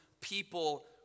people